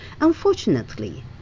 Unfortunately